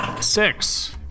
Six